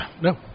no